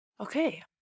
Okay